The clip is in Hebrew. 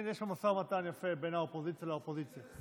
יש לך משא ומתן יפה בין האופוזיציה לאופוזיציה.